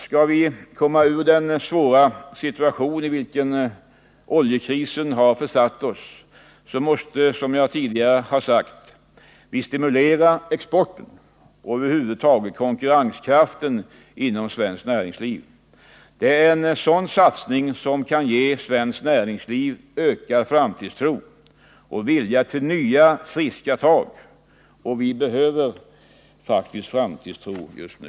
Skall vi komma ur den svåra situation i vilken oljekrisen har försatt oss, måste vi, som jag tidigare sagt, stimulera exporten och över huvud taget öka konkurrenskraften inom svenskt näringsliv. Det är en sådan satsning som kan ge svenskt näringsliv ökad framtidstro och vilja till nya friska tag. Och vi behöver faktiskt framtidstro just nu.